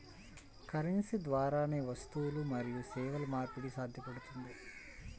currency ద్వారానే వస్తువులు మరియు సేవల మార్పిడి సాధ్యపడుతుంది